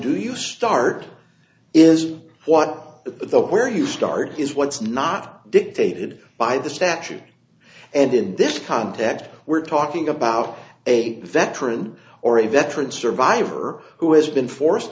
do you start is one of the where you start is once not dictated by the statute and in this context we're talking about a veteran or a veteran survivor who has been forced